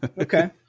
Okay